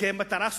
כמטרה סופית,